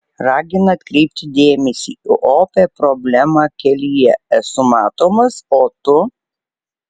ragina atkreipti dėmesį į opią problemą kelyje esu matomas o tu